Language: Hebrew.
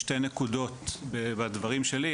בשתי נקודות בדברים שלי,